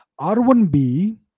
R1B